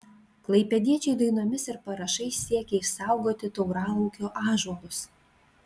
klaipėdiečiai dainomis ir parašais siekia išsaugoti tauralaukio ąžuolus